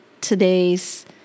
today's